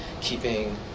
keeping